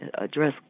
address